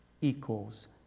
equals